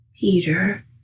Peter